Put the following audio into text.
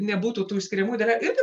nebūtų tų išskiriamų dalelių irgi